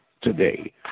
today